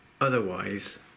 otherwise